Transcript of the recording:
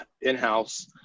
in-house